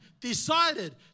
decided